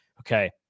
okay